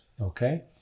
Okay